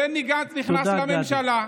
בני גנץ נכנס לממשלה.